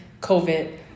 COVID